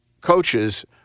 coaches